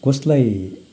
कसलाई